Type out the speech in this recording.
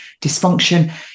dysfunction